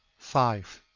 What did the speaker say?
five.